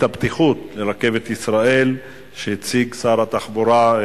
בנושא: תוכנית הבטיחות לרכבת ישראל שהציג שר התחבורה,